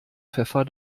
pfeffer